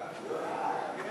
ההצעה להעביר את